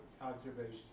observations